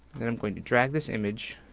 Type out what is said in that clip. then i'm going to drag this image